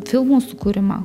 filmų sukūrimą